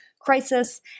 crisis